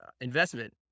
investment